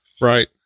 Right